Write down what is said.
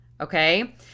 okay